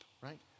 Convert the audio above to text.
right